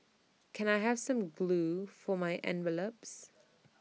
can I have some glue for my envelopes